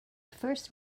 first